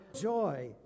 joy